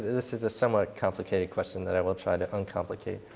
this is a somewhat complicated question that i will try to uncomplicate.